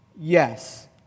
Yes